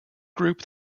group